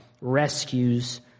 rescues